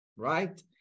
right